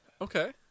Okay